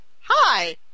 Hi